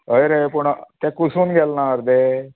हय रे पूण तें कुसून गेलना अर्दें